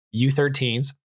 U13s